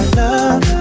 love